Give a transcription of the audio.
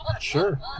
Sure